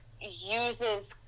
uses